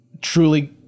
truly